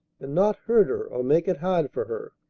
and not hurt her or make it hard for her.